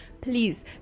please